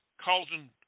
causing